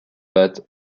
pattes